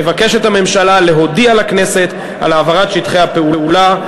הממשלה מבקשת להודיע לכנסת על העברת שטחי הפעולה.